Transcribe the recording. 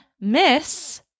miss